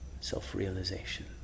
self-realization